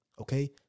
Okay